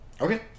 Okay